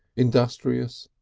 industrious,